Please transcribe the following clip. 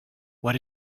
what